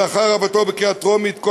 ולאחר קבלתו בקריאה טרומית,